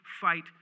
fight